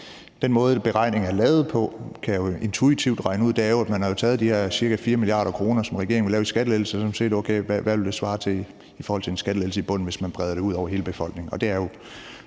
Den måde, beregningen er lavet på – det kan jeg intuitivt regne ud – er jo, at man har taget de her ca. 4 mia. kr., som regeringen vil lave i skattelettelse, og at man har set på, hvad det ville svare til i forhold til en skattelettelse i bunden, hvis man breder det ud over hele befolkningen, og det er jo